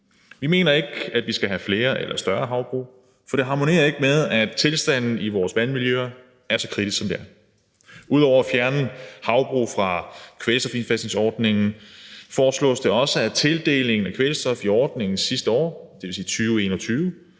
Vi mener ikke, at vi skal have flere eller større havbrug, for det harmonerer ikke med, at tilstanden i vores vandmiljø er så kritisk, som den er. Ud over at fjerne havbrug fra kvælstofindfasningsordningen foreslås det også, at tildelingen af kvælstof i ordningens sidste år, dvs. i 2021,